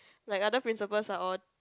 like other principals are all